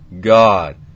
God